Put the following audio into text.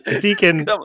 Deacon